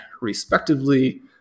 respectively